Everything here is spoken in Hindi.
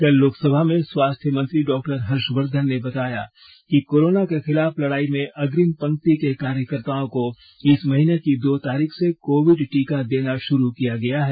कल लोकसभा में स्वास्थ्य मंत्री डॉक्टर हर्षवर्धन ने बताया कि कोरोना के खिलाफ लडाई में अग्रिम पंक्ति के कार्यकर्ताओं को इस महीने की दो तारीख से कोविड टीका देना शुरू कर दिया गया है